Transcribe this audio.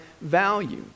value